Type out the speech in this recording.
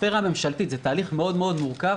בספירה הממשלתית זה תהליך מאוד מורכב